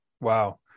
Wow